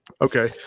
Okay